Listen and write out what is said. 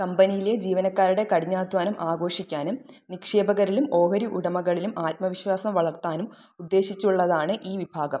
കമ്പനിയിലെ ജീവനക്കാരുടെ കഠിനാധ്വാനം ആഘോഷിക്കാനും നിക്ഷേപകരിലും ഓഹരി ഉടമകളിലും ആത്മവിശ്വാസം വളർത്താനും ഉദ്ദേശിച്ചുള്ളതാണ് ഈ വിഭാഗം